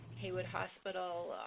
heywood hospital